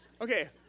Okay